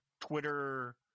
Twitter